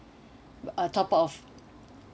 uh top up of